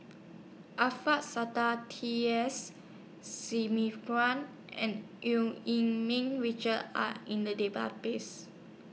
Alfian Sa'at T S and EU Yee Ming Richard Are in The Database